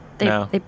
No